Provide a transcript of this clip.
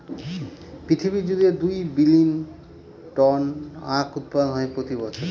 পৃথিবী জুড়ে দুই বিলীন টন আখ উৎপাদন হয় প্রতি বছর